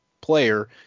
player